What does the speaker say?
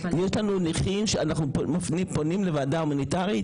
יש לנו נכים שאנחנו מפנים לוועדה ההומניטרית